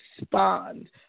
respond